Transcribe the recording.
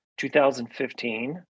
2015